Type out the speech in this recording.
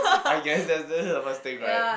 I guess that's that's the first thing right